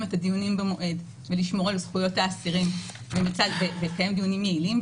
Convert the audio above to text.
את הדיונים במועד ולשמור על זכויות האסירים ולקיים דיונים יעילים,